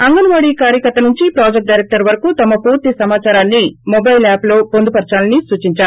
అంగన్వాడీ కార్యకర్త నుంచి project director వరకు తమ పూర్తి సమాచారాన్ని మొబైల్ యాప్లో పొందుపర్చాలని సూచించారు